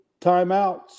timeouts